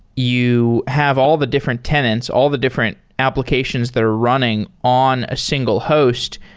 you have all the different tenants, all the different applications that are running on a single host.